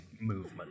movement